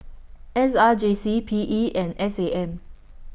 S R J C P E and S A M